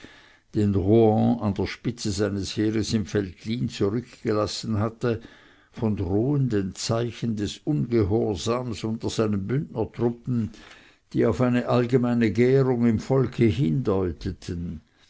den rohan an der spitze seines heeres im veltlin zurückgelassen hatte von drohenden zeichen des ungehorsams unter seinen bündnertruppen die auf eine allgemeine gärung im volke hindeuteten